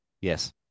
Yes